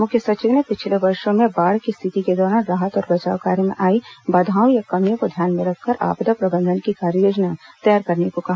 मुख्य सचिव ने पिछले वर्षों में बाढ़ की स्थिति के दौरान राहत और बचाव कार्य में आई बाधाओं या कमियों को ध्यान में रखकर आपदा प्रबंधन की कार्ययोजना तैयार करने को कहा